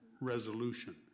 resolution